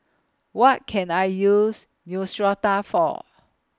What Can I use Neostrata For